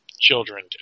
children